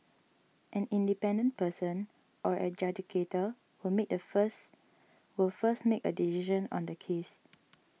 an independent person or adjudicator will make the first will first make a decision on the case